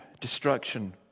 destruction